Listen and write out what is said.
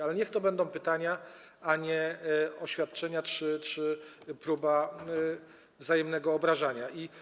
Ale niech to będą pytania, a nie oświadczenia czy próby wzajemnego obrażania się.